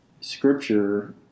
scripture